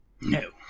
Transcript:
No